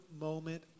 moment